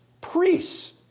Priests